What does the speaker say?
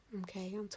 okay